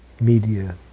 media